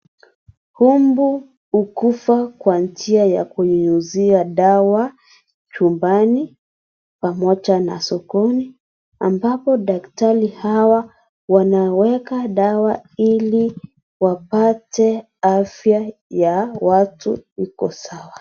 Umbu ukufe kwa njia ya kunyunyizia dawa chumbani pamoja na sokoni ambapo daktari hawa wanaweka dawa ili wapate afya ya watu ikue sawa.